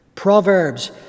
Proverbs